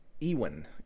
Ewan